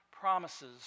promises